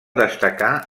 destacar